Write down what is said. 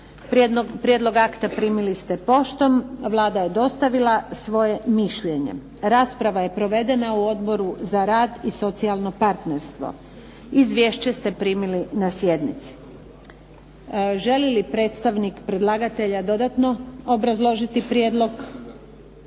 Prijedlog akta primili ste poštom. Vlada je dostavila svoje mišljenje. Rasprava je provedena u Odboru za rad i socijalno partnerstvo. Izvješće ste primili na sjednici. Želi li predstavnik predlagatelja dodatno obrazložiti prijedlog?